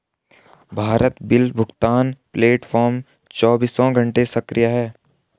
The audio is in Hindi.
भारत बिल भुगतान प्लेटफॉर्म चौबीसों घंटे सक्रिय है